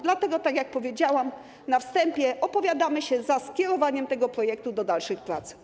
Dlatego, tak jak powiedziałam na wstępie, opowiadamy się za skierowaniem tego projektu do dalszych prac.